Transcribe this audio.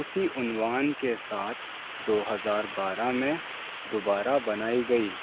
اسی عنوان کے ساتھ دو ہزار بارہ میں دوبارہ بنائی گئی